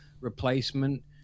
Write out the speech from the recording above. replacement